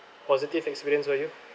positive experience for you